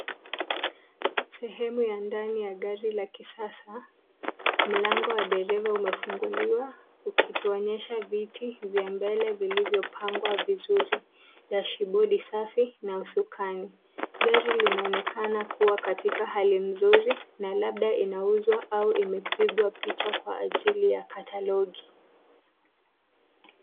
Sehemu ya ndani ya gari la kisasa, mlango wa dereva umefunguliwa, ukituonyesha viti vya mbele vilivyo pangwa vizuri. Dashibodi safi na usukani. Gari linaonekana kuwa katika hali nzuri, na labda linauzwa au limepigwa picha kwa ajili ya katalogi.